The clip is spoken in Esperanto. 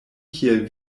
kiel